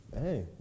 Hey